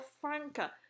franca